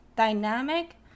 dynamic